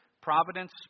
providence